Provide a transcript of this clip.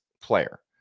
player